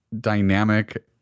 dynamic